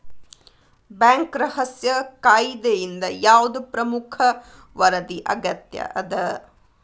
Bank ರಹಸ್ಯ ಕಾಯಿದೆಯಿಂದ ಯಾವ್ದ್ ಪ್ರಮುಖ ವರದಿ ಅಗತ್ಯ ಅದ?